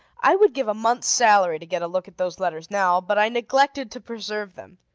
i would give a month's salary to get a look at those letters now but i neglected to preserve them.